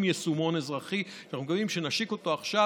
יישומון אזרחי שאנחנו מקווים שנשיק אותו עכשיו.